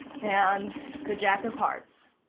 and the jack of hearts.